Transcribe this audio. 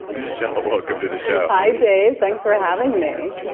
and michelle, welcome to the show hi dave. thanks for having me